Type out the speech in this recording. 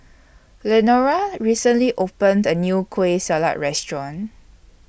Lenora recently opened A New Kueh Salat Restaurant